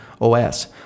OS